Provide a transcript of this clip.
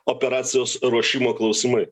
operacijos ruošimo klausimai